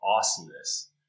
awesomeness